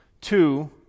Two